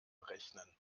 rechnen